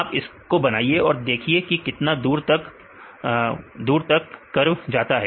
आप इसको बनाइए और देखिए कि कितना दूर तक कर कर्व जाता है